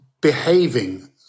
behaving